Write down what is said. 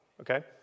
Okay